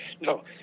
No